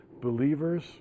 believers